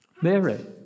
Mary